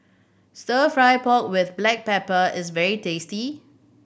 Stir Fry pork with black pepper is very tasty